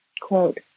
quote